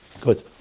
good